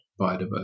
biodiversity